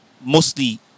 mostly